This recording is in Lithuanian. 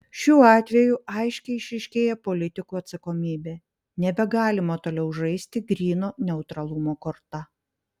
šiuo atveju aiškiai išryškėja politikų atsakomybė nebegalima toliau žaisti gryno neutralumo korta